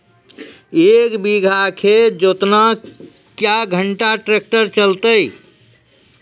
एक बीघा खेत जोतना क्या घंटा ट्रैक्टर चलते?